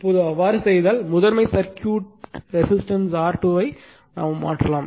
இப்போது அவ்வாறு செய்தால் முதன்மை சர்க்யூட் வட்டத்தில் ரெசிஸ்டன்ஸ் R2 ஐ மாற்றலாம்